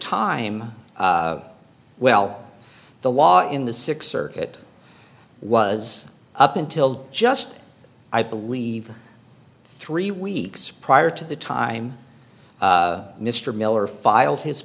time well the law in the sixth circuit was up until just i believe three weeks prior to the time mr miller filed his